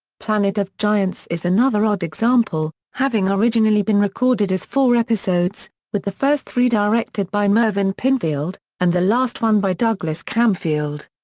planet of giants is another odd example, having originally been recorded as four episodes, with the first three directed by mervyn pinfield, and the last one by douglas camfield.